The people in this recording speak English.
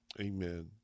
Amen